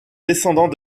descendant